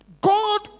God